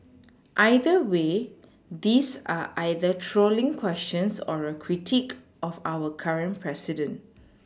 either way these are either trolling questions or a critique of our current president